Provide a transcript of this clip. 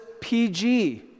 PG